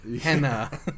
Henna